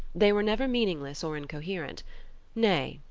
they were never meaningless or incoherent nay,